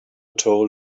told